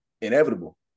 inevitable